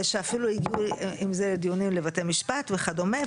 ואפילו הגיעו אם זה דיונים לבתי משפט וכדומה.